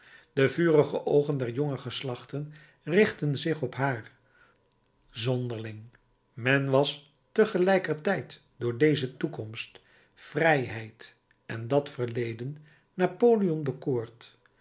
de vurige oogen der jonge geslachten richtten zich op haar zonderling men was tegelijkertijd door deze toekomst vrijheid en dat verleden napoleon bekoord